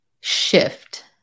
shift